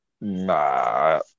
Nah